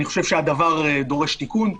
אני חושב שהדבר דורש תיקון,